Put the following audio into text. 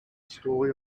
story